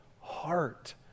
heart